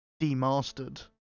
Demastered